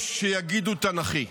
יש שיגידו תנ"כי.